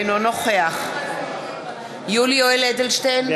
אינו נוכח יולי יואל אדלשטיין,